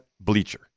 bleacher